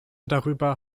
darüber